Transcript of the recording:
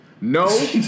No